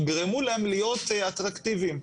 יגרמו להם להיות אטרקטיביים.